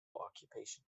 occupation